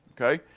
okay